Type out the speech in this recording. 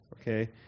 Okay